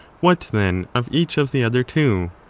what then of each of the other two?